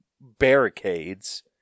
barricades